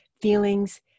feelings